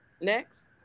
Next